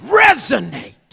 resonate